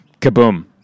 kaboom